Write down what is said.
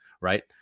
right